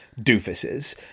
doofuses